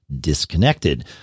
disconnected